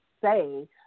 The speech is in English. say